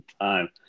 time